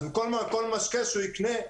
אז כל מיכל משקה שהוא קונה,